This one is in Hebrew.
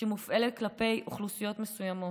שמופעל כלפי אוכלוסיות מסוימות.